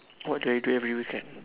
what do I do every weekend